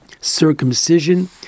circumcision